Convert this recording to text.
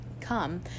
come